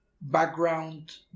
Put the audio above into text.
background